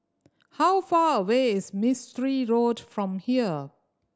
how far away is Mistri Road from here